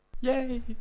Yay